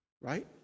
Right